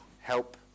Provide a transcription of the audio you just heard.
help